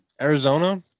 Arizona